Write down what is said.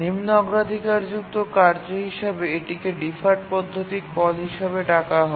নিম্ন অগ্রাধিকারযুক্ত কার্য হিসাবে এটিকে ডিফার্ড পদ্ধতি কল হিসাবে ডাকা হয়